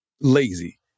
lazy